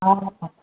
हा हा